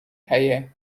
haie